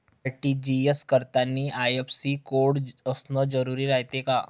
RTGS करतांनी IFSC code असन जरुरी रायते का?